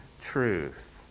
truth